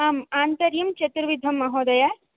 आम् आन्तर्यं चतुर्विधं महोदय